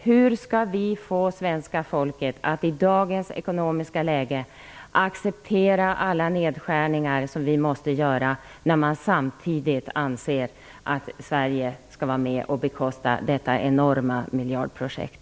Hur skall vi få svenska folket att i dagens ekonomiska läge acceptera alla nedskärningar som måste göras, när man samtidigt anser att Sverige skall vara med och bekosta detta enorma miljardprojekt?